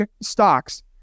stocks